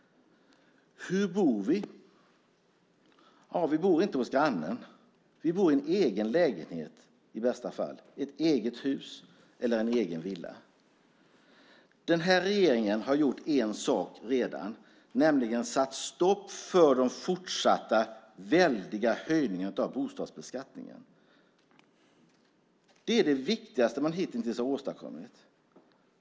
Hur bor vi? Vi bor inte hos grannen. Vi bor i en egen lägenhet, i bästa fall i ett eget hus eller en egen villa. Den här regeringen har gjort en sak redan, nämligen satt stopp för de fortsatta väldiga höjningarna av bostadsbeskattningen. Det är det viktigaste man hitintills har åstadkommit.